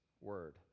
word